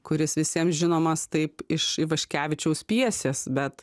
kuris visiems žinomas taip iš ivaškevičiaus pjesės bet